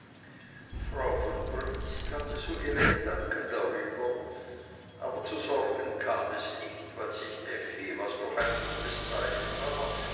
frau von briest hatte so ihre gedanken darüber aber zu sorgen kam es nicht weil sich effi was doch ein gutes zeichen war